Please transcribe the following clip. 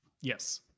yes